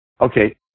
okay